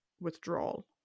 withdrawal